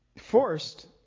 forced